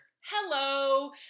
Hello